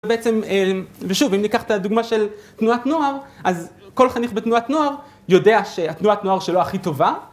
‫ובעצם, ושוב, אם ניקח את ‫הדוגמה של תנועת נוער, ‫אז כל חניך בתנועת נוער ‫יודע שהתנועת נוער שלו הכי טובה.